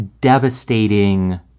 devastating